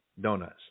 donuts